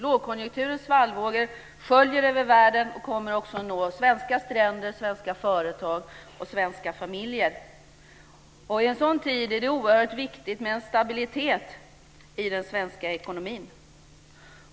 Lågkonjunkturens svallvågor sköljer över världen och kommer också att nå svenska stränder och svenska företag och familjer. I en sådan tid är det oerhört viktigt med en stabilitet i den svenska ekonomin.